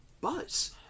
buzz